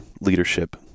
leadership